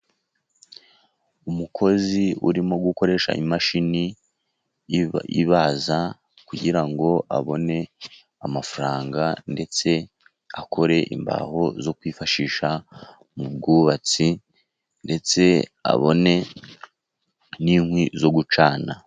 Umukozi urimo gukoresha imashini ibaza kugira ngo abone amafaranga ndetse akore imbaho zo kwifashisha mu bwubatsi ndetse abone n'inkwi zo gucana.